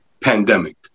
pandemic